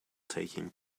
taking